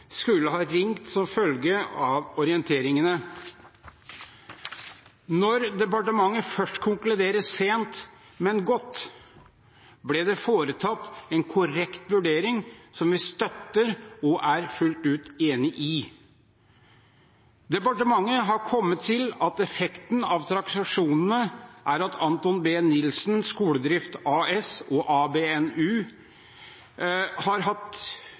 skulle ha blinket som følge av orienteringene. Da departementet først konkluderte, sent, men godt, ble det foretatt en korrekt vurdering, som vi støtter og er fullt ut enig i. Departementet har kommet til at effekten av transaksjonene er at Anthon B Nilsen Skoledrift AS og ABNU har